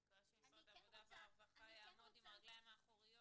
אני מקווה שמשרד העבודה והרווחה יעמוד על הרגליים האחוריות.